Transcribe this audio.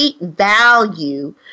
value